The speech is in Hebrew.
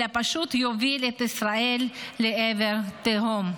אלא פשוט יוביל את ישראל לעבר תהום.